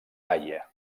haia